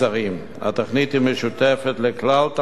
התוכנית היא משותפת לכלל תלמידי המדינה,